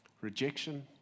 rejection